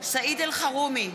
סעיד אלחרומי,